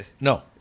No